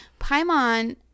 Paimon